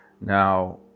Now